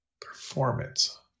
Performance